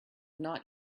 not